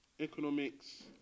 economics